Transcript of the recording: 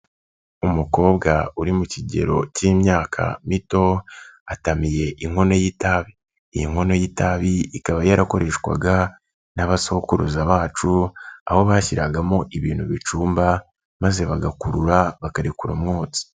Umukobwa uri mu kigero cy'imyaka mito atamiye inkono y'itabi, iyi nkono y'itabi ikaba yarakoreshwaga n'abasokuruza bacu, aho bashyiragamo ibintu bicumba maze bagakurura bakarekura umwotsi.